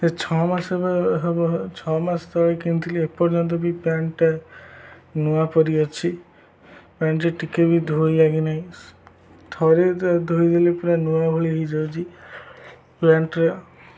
ସେ ଛଅମାସ ହେବ ଛଅ ମାସ ତଳେ କିଣିଥିଲି ଏପର୍ଯ୍ୟନ୍ତ ବି ପ୍ୟାଣ୍ଟଟା ନୂଆ ପରି ଅଛି ପ୍ୟାଣ୍ଟଟେ ଟିକେ ବି ଧୂଳି ଲାଗିନାହିଁ ଥରେ ଧୋଇଦେଲେ ପୁରା ନୂଆ ଭଳି ହୋଇଯାଉଛି ପ୍ୟାଣ୍ଟରେ